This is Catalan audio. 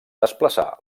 desplaçà